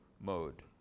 mode